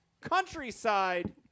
countryside